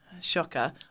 shocker